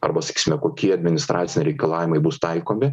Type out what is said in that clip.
arba sakysime kokie administraciniai reikalavimai bus taikomi